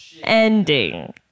ending